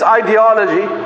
ideology